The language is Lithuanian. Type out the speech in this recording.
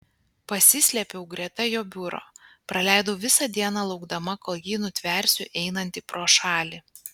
pasislėpiau greta jo biuro praleidau visą dieną laukdama kol jį nutversiu einantį pro šalį